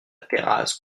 terrasse